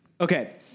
Okay